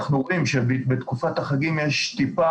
אנחנו יודעים שבתקופת החגים יש טיפה